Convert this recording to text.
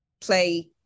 play